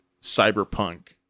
cyberpunk